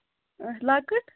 اچھا لۄکٕٹۍ